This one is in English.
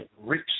rich